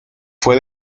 fue